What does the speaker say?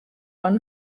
won